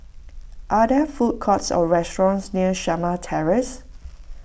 are there food courts or restaurants near Shamah Terrace